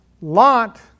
Lot